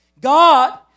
God